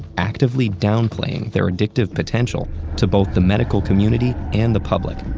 actively downplaying their addictive potential to both the medical community and the public.